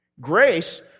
Grace